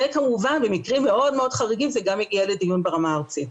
וכמובן במקרים מאוד מאוד חריגים זה גם מגיע לדיון ברמה הארצית.